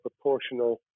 proportional